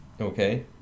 Okay